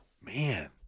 man